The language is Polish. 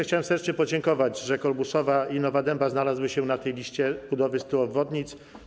Chciałem serdecznie podziękować, że Kolbuszowa i Nowa Dęba znalazły się na liście budowy 100 obwodnic.